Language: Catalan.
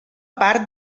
part